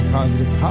Positive